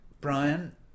Brian